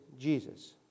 Jesus